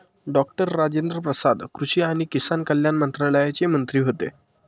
doctor Rajendra Prasad कृषी आणि किसान कल्याण मंत्रालयाचे मंत्री होते